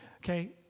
okay